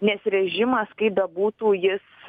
nes režimas kaip bebūtų jis